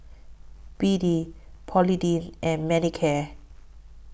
B D Polident and Manicare